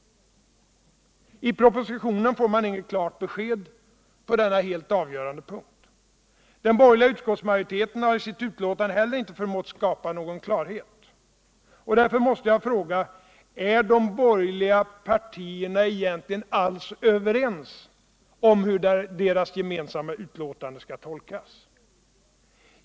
I propositionen får man inget klart besked på denna helt avgörande punkt. Den borgerliga utskottsmajoriteten har i sitt betänkande heller inte förmått skapa någon klarhet. Därför måste jag fråga: Är de borgerliga partierna egentligen överens om hur deras gemensamma betänkande skall tolkas?